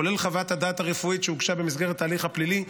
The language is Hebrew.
כולל חוות הדעת הרפואית שהוגשה במסגרת ההליך הפלילי,